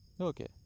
Okay